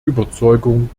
überzeugung